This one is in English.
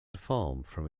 form